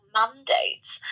mandates